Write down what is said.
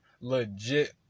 legit